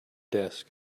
desk